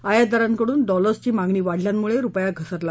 आयातदारांकडून डॉलर्सची मागणी वाढल्यामुळे रुपया घसरला